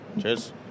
cheers